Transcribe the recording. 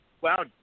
Wow